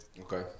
Okay